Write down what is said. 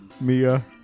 Mia